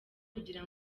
kugira